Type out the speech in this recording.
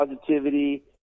positivity